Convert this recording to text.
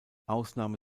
ausnahme